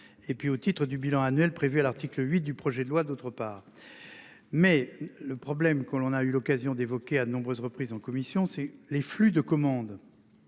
et puis au titre du bilan annuel prévu à l'article 8 du projet de loi. D'autre part. Mais le problème qu'on a eu l'occasion d'évoquer à de nombreuses reprises en commission, c'est les flux de commandes.